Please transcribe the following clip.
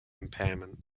impairment